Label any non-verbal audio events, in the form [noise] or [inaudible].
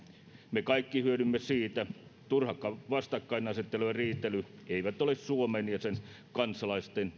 me kaikki hyödymme siitä turha vastakkainasettelu ja riitely eivät ole suomen ja sen kansalaisten [unintelligible]